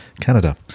canada